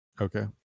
okay